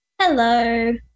Hello